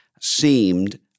seemed